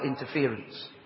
interference